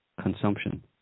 consumption